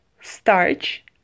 starch